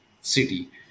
city